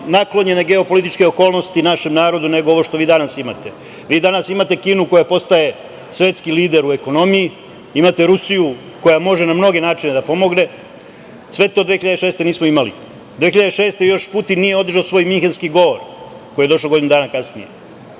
naklonjene geopolitičke okolnosti našem narodu, nego ovo što vi danas imate. Vi danas imate Kinu koja postaje svetski lider u ekonomiji, imate Rusiju koja može na mnoge načine da pomogne. Sve to 2006. godine nismo imali. Godine 2006. još Putin nije održao svoj minhenski govor koji je došao godinu dana kasnije. Znači,